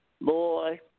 Boy